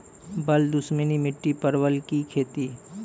बल दुश्मनी मिट्टी परवल की खेती?